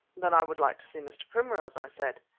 then i would like to see mr. primrose, i said.